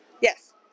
Yes